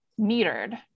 metered